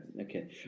okay